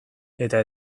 eta